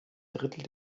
drittel